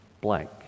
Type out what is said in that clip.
blank